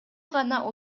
гана